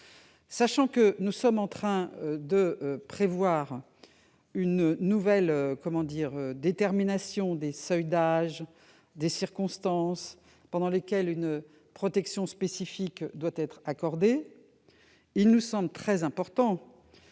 Puisque nous sommes en train de déterminer de nouvelles règles en matière de seuils d'âge et de circonstances pendant lesquelles une protection spécifique doit être accordée, il nous semble très important que